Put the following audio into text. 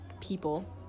people